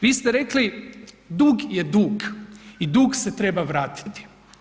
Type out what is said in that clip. Vi ste rekli dug je dug i dug se treba vratiti.